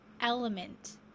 element